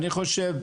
אני חושב,